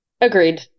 Agreed